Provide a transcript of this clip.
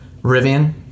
rivian